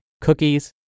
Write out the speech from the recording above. cookies